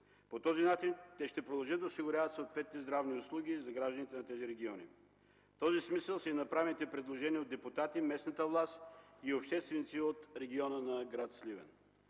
По този начин те ще продължат да осигуряват съответни здравни услуги за гражданите на тези региони. В този смисъл са и направените предложения от депутати, местната власт и общественици от региона на гр. Сливен.